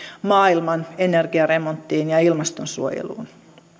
maailman energiaremonttiin ja ilmastonsuojeluun